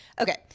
okay